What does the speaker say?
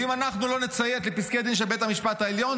ואם אנחנו לא נציית לפסקי דין של בית המשפט העליון,